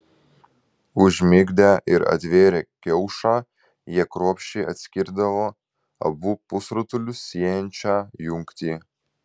užmigdę ir atvėrę kiaušą jie kruopščiai atskirdavo abu pusrutulius siejančią jungtį